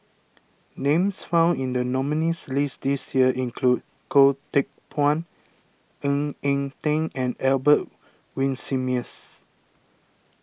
names found in the nominees' list this year include Goh Teck Phuan Ng Eng Teng and Albert Winsemius